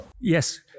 Yes